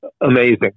amazing